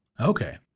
Okay